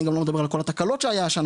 אני גם לא מדבר על כל התקלות שהיה השנה.